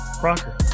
Crocker